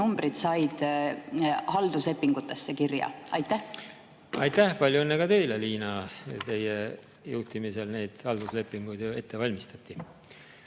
numbrid said halduslepingutesse kirja? Aitäh! Palju õnne ka teile, Liina! Teie juhtimisel neid halduslepinguid ju ette valmistati.